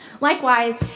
Likewise